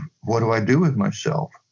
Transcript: what-do-I-do-with-myself